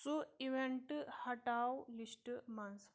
سُہ ایوینٹ ہٹاو لسٹ منز